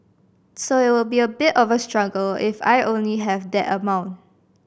so it will be a bit of a struggle if I only have that amount